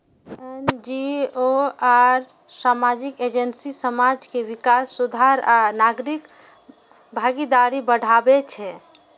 NGO आ सामाजिक agency समाज के विकास, सुधार आ नागरिक भागीदारी बढ़ाबै छै